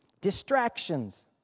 Distractions